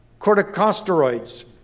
Corticosteroids